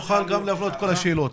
נוכל להפנות אליו את כל השאלות.